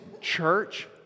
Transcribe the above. church